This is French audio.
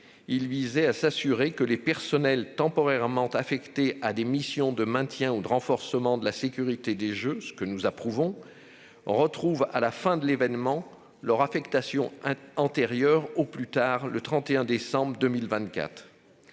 Il visait à s'assurer que les personnels temporairement affectés à des missions de maintien ou de renforcement de la sécurité- nous approuvons cette démarche -retrouvent, après l'événement, leur affectation antérieure au plus tard le 31 décembre 2024.